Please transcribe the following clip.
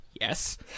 yes